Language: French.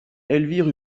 elvire